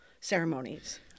ceremonies